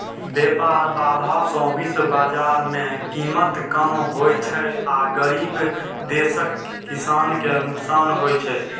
व्यापार बाधा सं विश्व बाजार मे कीमत कम होइ छै आ गरीब देशक किसान कें नुकसान होइ छै